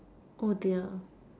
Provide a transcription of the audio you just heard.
oh dear